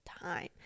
time